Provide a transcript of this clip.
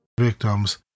Victims